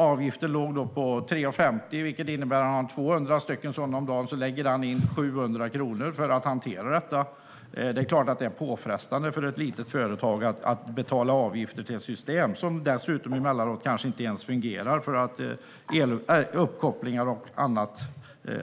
Avgiften ligger på 3,50, vilket innebär att han om han har 200 köp om dagen lägger in 700 kronor för att hantera detta. Det är klart att det är påfrestande för ett litet företag att betala sådana avgifter - och dessutom till ett system som emellanåt kanske inte ens fungerar därför att uppkopplingar och annat